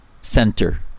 center